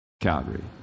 Calgary